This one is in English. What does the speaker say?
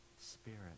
spirit